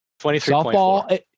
Softball